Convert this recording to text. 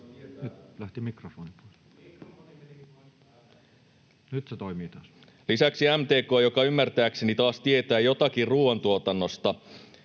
Lisäksi MTK, joka ymmärtääkseni taas tietää jotakin ruuantuotannosta